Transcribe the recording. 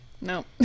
no